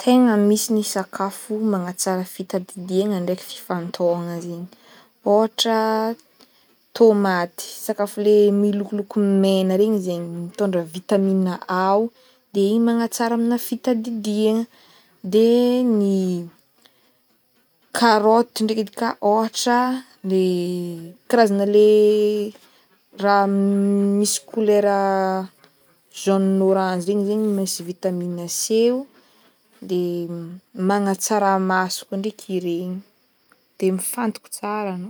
Tegna misy ny sakafo magnatsara fitatididiagna ndraiky fifantohagna zaigny ôhatra tomaty, sakafo lay milokoloko mena regny zaigny mitondra vitamine A o de igny magnatsara amina fitatidiagna de ny karaoty ndraiky edy ka ôhatra le karazana le raha misy kolera jaune oranzy regny zegny misy vitamine C o de m- magnatsara maso koa ndreky iregny de mifantoko tsara anao.